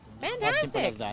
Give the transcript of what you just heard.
Fantastic